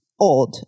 odd